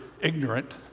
ignorant